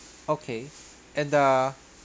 okay and the